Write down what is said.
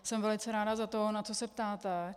Jsem velice ráda za to, na co se ptáte.